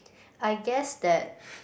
I guess that